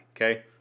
okay